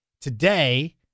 today